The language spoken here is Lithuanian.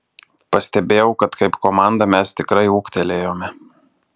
pastebėjau kad kaip komanda mes tikrai ūgtelėjome